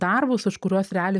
darbus už kuriuos realiai